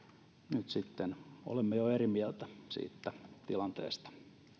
nyt sitten olemme jo eri mieltä siitä tilanteesta